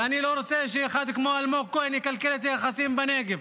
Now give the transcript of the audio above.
ואני לא רוצה שאחד כמו אלמוג כהן יקלקל את היחסים בנגב.